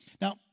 Now